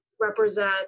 represent